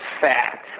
fat